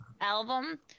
album